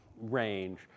range